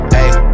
ayy